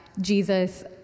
Jesus